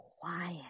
quiet